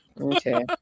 okay